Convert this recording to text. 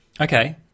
Okay